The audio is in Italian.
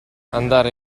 andare